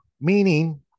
meaning